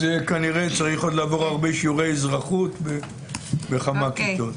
כנראה צריך עוד לעבור הרבה שיעורי אזרחות בכמה כיתות.